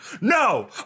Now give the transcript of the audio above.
No